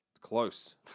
Close